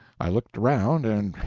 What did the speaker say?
i looked around, and,